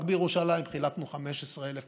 רק בירושלים חילקנו 15,000 מחשבים,